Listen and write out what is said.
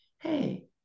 hey